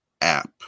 app